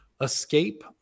Escape